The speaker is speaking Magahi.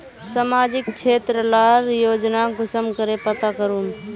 सामाजिक क्षेत्र लार योजना कुंसम करे पता करूम?